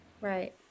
right